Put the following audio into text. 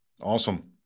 awesome